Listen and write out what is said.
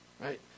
Right